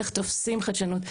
איך תופסים חדשנות.